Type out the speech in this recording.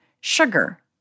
sugar